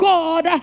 God